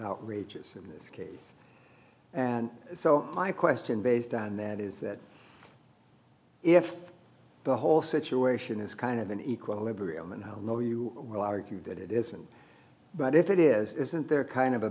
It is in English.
outrageous in this case and so my question based on that that is if the whole situation is kind of an equilibrium and i know you will argue that it isn't but if it isn't there kind of a